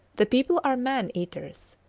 the people are man-eaters.